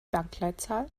bankleitzahl